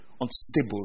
Unstable